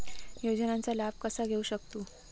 योजनांचा लाभ कसा घेऊ शकतू?